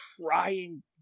trying